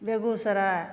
Begusarai